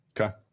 Okay